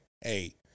Hey